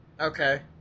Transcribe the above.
Okay